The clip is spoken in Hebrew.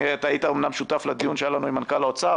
אתה היית אמנם שותף לדיון שהיה לנו עם מנכ"ל האוצר.